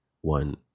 one